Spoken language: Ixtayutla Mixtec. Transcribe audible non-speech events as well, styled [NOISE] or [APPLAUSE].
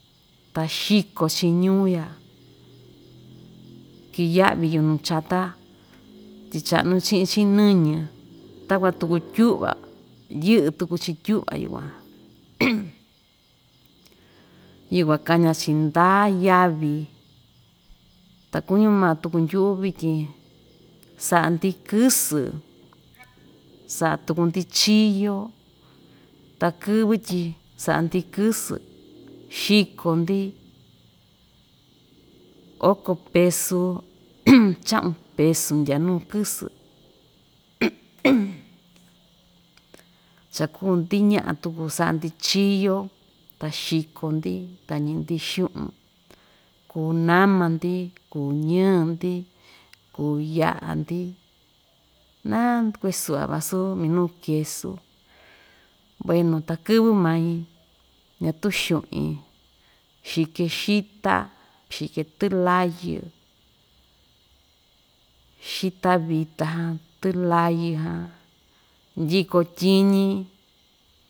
Ta xiko‑chi ñuu ya kiya'vi yunu chatà tyi cha'nu chi'in‑chi nɨñɨ takuan tuku tyu'va yɨ'ɨ tuku‑chi tyu'va yukuan [NOISE] yukuan kaña‑chi ndaa yavi ta kuñu ma tuku ndu'u vityin sa'a‑ndi kɨsɨ sa'a tuku‑ndi chiyo ta kɨvɨ́ tyi sa'a‑ndi kɨsɨ xiko‑ndi oko pesu, [NOISE] cha'un peso ndyaa nuu kɨsɨ [NOISE] cha kuu‑ndi ña'a tuku sa'a‑ndi chi‑yo ta xiko‑ndi ta ñi'in‑ndi xu'un kuu nama‑ndi kuu ñɨɨ‑ndi kuu ya'a‑ndi na kuisu'va vasu minuu kesu, buenu ta kɨvɨ mai ñatuu xu'in xike xita, xike tɨlayɨ, xita vita jan, tɨlayɨ jan ndiko tyiñi.